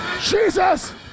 Jesus